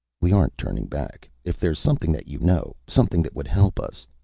we aren't turning back. if there's something that you know something that would help us.